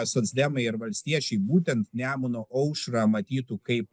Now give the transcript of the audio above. socdemai ir valstiečiai būtent nemuno aušrą matytų kaip